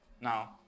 Now